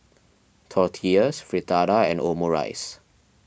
Tortillas Fritada and Omurice